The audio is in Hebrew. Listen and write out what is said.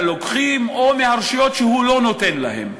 לוקחים או מהרשויות שהוא לא נותן להן.